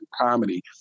comedy